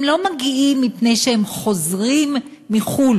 הם לא מגיעים מפני שהם חוזרים מחו"ל,